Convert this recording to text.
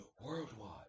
worldwide